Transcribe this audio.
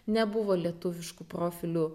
nebuvo lietuviškų profilių